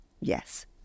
Yes